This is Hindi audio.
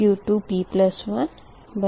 Q2p1